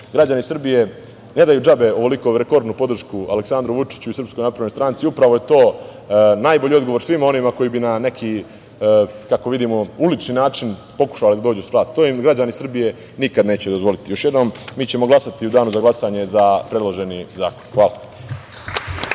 građani Srbije ne daju džabe ovoliko rekordnu podršku Aleksandru Vučiću i SNS. Upravo je to najbolji odgovor svima onima koji bi na neki, kako vidimo, ulični način pokušali da dođu do vlasti. To im građani Srbije nikada neće dozvoliti. Još jednom, mi ćemo glasati u danu za glasanje za predloženi zakon. Hvala.